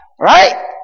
Right